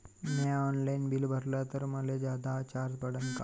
म्या online bill भरलं तर मले जादा चार्ज पडन का?